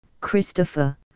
Christopher